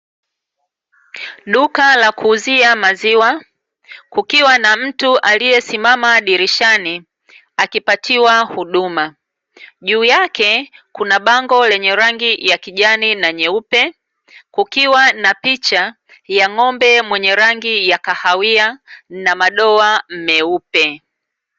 Duka la kuuzia maziwa kukiwa na mtu aliye simama dirishani akipatiwa huduma. Juu yake kuna bango lenye rangi ya kijani na nyeupe, kukiwa na picha ya ng'ombe mwenye rangi ya kahawia na madoa meupe.